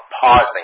pausing